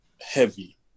heavy